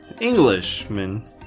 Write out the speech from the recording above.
Englishman